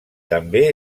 també